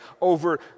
over